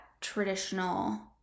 traditional